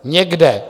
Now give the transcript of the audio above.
Někde